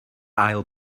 ail